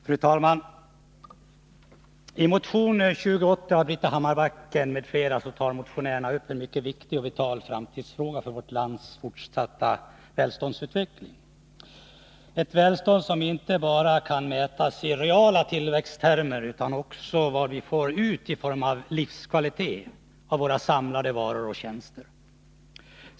Fru talman! I motion 2080 tar Britta Hammarbacken m.fl. upp en mycket viktig och vital framtidsfråga när det gäller vårt lands fortsatta välståndsutveckling. Välståndet kan inte mätas bara i reala tillväxttermer. Man måste också ta hänsyn till vad vi får ut av livskvalitet av våra samlade varor och tjänster.